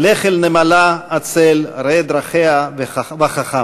"לך אל נמלה עצל ראה דרכיה וחכם